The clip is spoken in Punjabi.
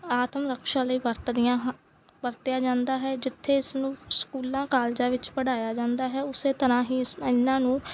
ਆਤਮ ਰਕਸ਼ਾ ਲਈ ਵਰਤਦੀਆਂ ਵਰਤਿਆ ਜਾਂਦਾ ਹੈ ਜਿੱਥੇ ਇਸ ਨੂੰ ਸਕੂਲਾਂ ਕਾਲਜਾਂ ਵਿੱਚ ਪੜ੍ਹਾਇਆ ਜਾਂਦਾ ਹੈ ਉਸੇ ਤਰ੍ਹਾਂ ਹੀ ਇਸ ਇਹਨਾਂ ਨੂੰ